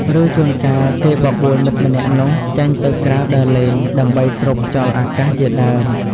ឬ ជួនកាល គេបបួលមិត្តម្នាក់នោះចេញទៅក្រៅដើរលេង ដើម្បីស្រូបខ្យល់អាកាសជាដើម។